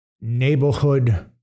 neighborhood